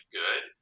good